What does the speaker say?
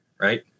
right